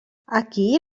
aquí